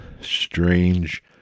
strange